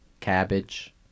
cabbage